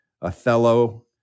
Othello